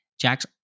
Jack's